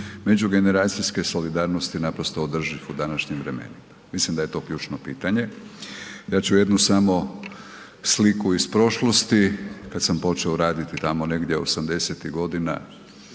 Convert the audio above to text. međugeneracijske solidarnosti održiv u današnjim vremenima? Mislim da je to ključno pitanje. Ja ću jednu samo sliku iz prošlosti kada sam počeo raditi tamo negdje osamdesetih